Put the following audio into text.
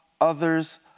others